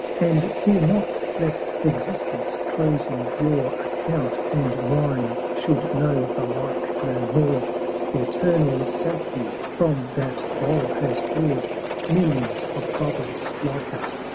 and fear not lest existence closing your account, and mine, should know the like no more the eternal saki from that bowl has pour'd millions of bubbles like us,